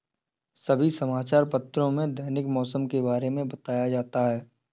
सभी समाचार पत्रों में दैनिक मौसम के बारे में बताया जाता है